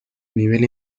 nivel